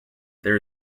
there